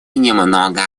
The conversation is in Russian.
немного